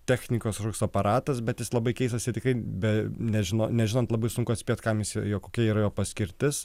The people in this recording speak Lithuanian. technikos ruks aparatas bet jis labai keistas ir tikrai bet nežino nežinant labai sunku atspėt kam jisai jo kokia yra jo paskirtis